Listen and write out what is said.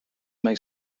may